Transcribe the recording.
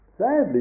sadly